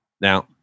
Now